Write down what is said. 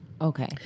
Okay